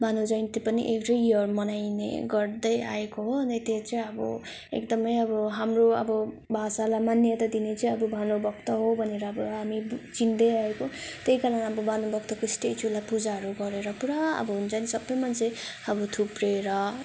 भानु जयन्ती पनि एभ्री यर मनाइने गर्दै आएको हो अनि त्यो चाहिँ अब एकदमै अब हाम्रो अब भाषालाई मान्याता दिने चाहिँ अब भानुभक्त हो भनेर अब हामी चिन्दै आएको त्यही कारणअब भानुभक्तको स्ट्याचुलाई पूजाहरू गरेर पुरा अब हुन्छ नि सबै मान्छे अब थुप्रेर